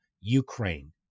Ukraine